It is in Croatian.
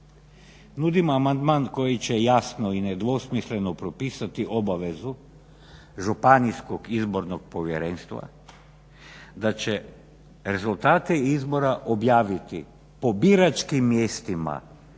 nudimo amandman koji će jasno i nedvosmisleno propisati obavezu Županijskog izbornog povjerenstva da će rezultate izbora objaviti po biračkim mjestima